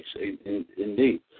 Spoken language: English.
Indeed